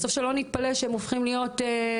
בסוף שלא נתפלא שהם הופכים להיות מגיפה,